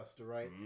right